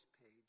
page